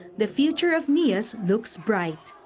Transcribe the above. the future of mias looks bright.